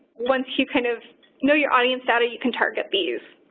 once you kind of know your audience data, you can target these.